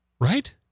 Right